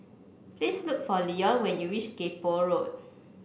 please look for Leon when you reach Kay Poh Road